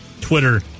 Twitter